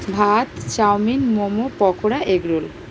ভাত chowmein momo pakora egg role